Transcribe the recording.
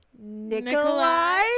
Nikolai